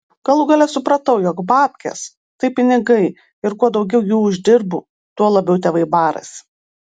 galų gale supratau jog babkės tai pinigai ir kuo daugiau jų uždirbu tuo labiau tėvai barasi